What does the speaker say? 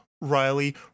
Riley